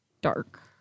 Dark